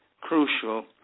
crucial